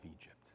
Egypt